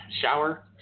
shower